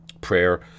Prayer